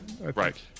Right